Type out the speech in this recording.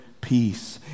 peace